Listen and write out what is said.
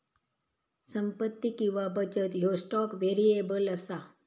संपत्ती किंवा बचत ह्यो स्टॉक व्हेरिएबल असा